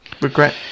regret